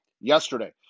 yesterday